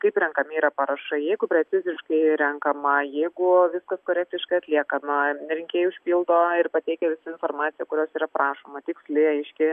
kaip renkami yra parašai jeigu preciziškai renkama jeigu viskas korektiškai atliekama rinkėjai užpildo ir pateikia visą informaciją kurios yra prašoma tiksli aiški